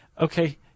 okay